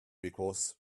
because